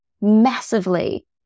massively